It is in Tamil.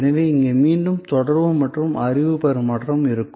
எனவே இங்கே மீண்டும் தொடர்பு மற்றும் அறிவு பரிமாற்றம் இருக்கும்